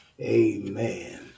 Amen